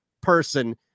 person